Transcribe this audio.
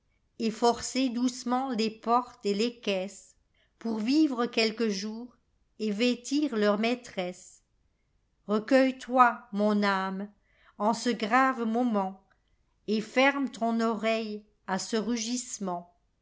et forcer doucement les portes et les caisses pour vivre quelques jours et vêtir leurs maîtresses recueille-toi mon âme en ce grave moment et ferme ton oreille à ce rugissement